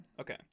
Okay